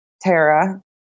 Tara